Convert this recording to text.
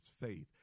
faith